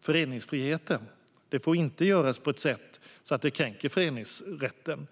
föreningsfriheten, och det får inte göras på ett sätt så att det kränker föreningsrätten.